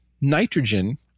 nitrogen